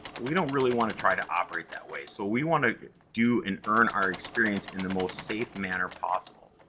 we don't really want to try to operate that way. so, we want to do and earn our experience in the most safe manner possible.